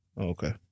Okay